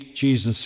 Jesus